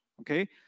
okay